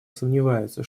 сомневается